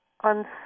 On